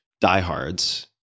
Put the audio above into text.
diehards